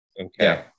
Okay